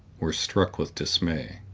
were struck with dismay.